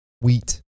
wheat